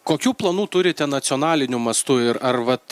kokių planų turite nacionaliniu mastu ir ar vat